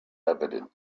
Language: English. evident